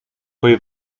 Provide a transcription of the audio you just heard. poi